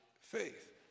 faith